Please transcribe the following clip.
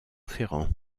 ferrand